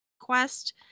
quest